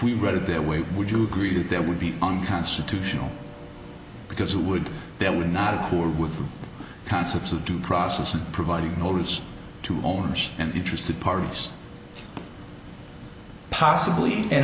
we read it that way would you agree that there would be unconstitutional because who would then would not a poor with the concepts of due process and providing notice to owners and the interested parties possibly